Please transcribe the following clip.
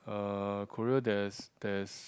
uh Korea there's there's